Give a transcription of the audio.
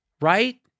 right